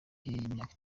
cy’imyaka